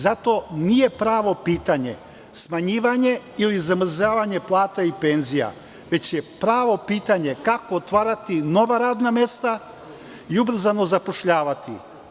Zato nije pravo pitanje smanjivanje ili zamrzavanje plata i penzija, već je pravo pitanje kako otvarati nova radna mesta i ubrzano zapošljavati.